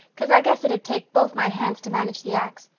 cause i guess it'd take both my hands to manage the axe.